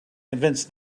convince